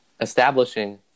establishing